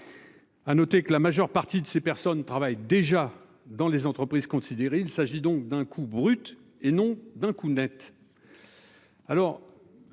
À noter que la majeure partie de ces personnes travaillent déjà dans les entreprises considérées. Il s'agit donc d'un coût brut et non d'un coup net.